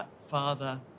Father